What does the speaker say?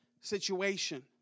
situation